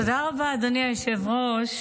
תודה רבה, אדוני היושב-ראש.